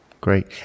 Great